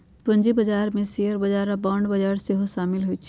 पूजी बजार में शेयर बजार आऽ बांड बजार सेहो सामिल होइ छै